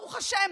ברוך השם,